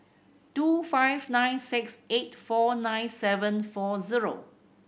two five nine six eight four nine seven four zero